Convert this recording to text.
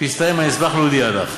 כשיסתיים אני אשמח להודיע לך.